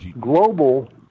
global